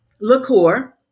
liqueur